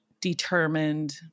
determined